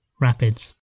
rapids